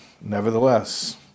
nevertheless